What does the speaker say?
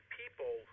people